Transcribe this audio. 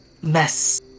mess